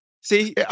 see